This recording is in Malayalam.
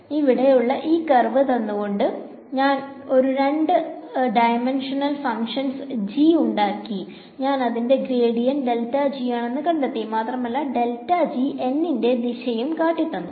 അതയത് ഇവിടെ ഉള്ള ഈ കർവ് തന്നുകൊണ്ട് ഞാൻ ഒരു രണ്ട് ഡിമെൻഷണൽ ഫങ്ക്ഷൻസ് g ഉണ്ടാക്കി ഞാൻ അതിന്റെ ഗ്രേഡിയന്റ് ആണെന്ന് കണ്ടെത്തി മാത്രമല്ല n ന്റെ ദിശയും കട്ടി തന്നു